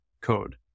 code